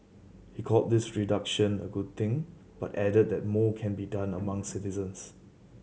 he called this reduction a good thing but added that more can be done among citizens